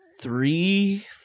three